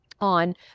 on